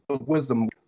wisdom